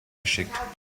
geschickt